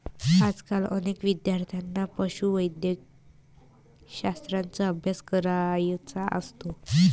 आजकाल अनेक विद्यार्थ्यांना पशुवैद्यकशास्त्राचा अभ्यास करायचा असतो